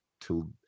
till